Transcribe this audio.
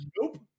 Nope